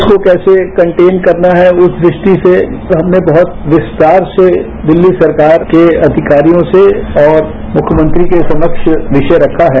उसको कैसे कन्टेन करना है उस दृष्टि से हमने बहुत विस्तार से दिल्ली सरकार के अधिकारियों से और मुख्यमंत्री के सम्ब विषय रखा है